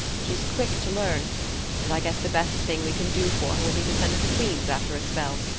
she's quick to learn and i guess the best thing we can do for her will be to send her to queen's after a spell.